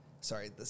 Sorry